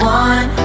one